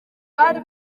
bari